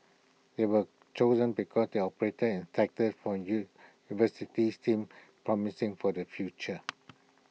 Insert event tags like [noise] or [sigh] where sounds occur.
they were chosen because they operate in sectors from U [unintelligible] deems promising for the future